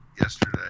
yesterday